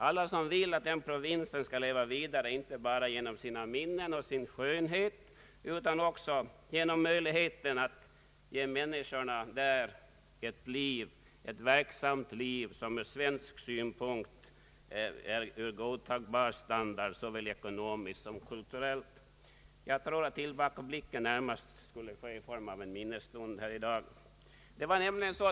Alla som vill att denna provins skall leva vidare inte bara genom sina minnen och sin skönhet utan också genom att ge möjlighet för människorna där att leva ett verksamt liv med en från svensk synpunkt godtagbar standard — såväl ekonomisk som kulturell — bör tänka på den här händelsen. Jag tror att tillbakablicken närmast borde ske i form av en minnesstund här i dag.